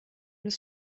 des